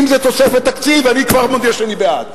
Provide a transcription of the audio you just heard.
אם זה תוספת תקציב, אני כבר מודיע שאני בעד